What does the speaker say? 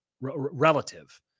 relative